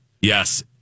yes